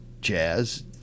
jazz